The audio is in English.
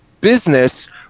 business